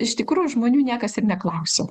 iš tikrų žmonių niekas ir neklausia